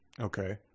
Okay